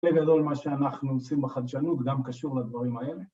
‫בגדול מה שאנחנו עושים בחדשנות זה ‫גם קשור לדברים האלה.